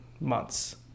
months